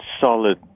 solid